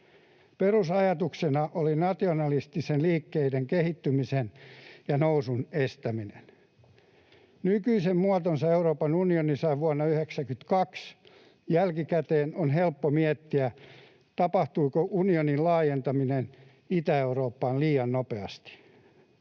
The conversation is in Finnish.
Perusajatuksena oli nationalististen liikkeiden kehittymisen ja nousun estäminen. Nykyisen muotonsa Euroopan unioni sai vuonna 1992. Jälkikäteen on helppo miettiä, tapahtuiko unionin laajentaminen Itä-Eurooppaan liian nopeasti.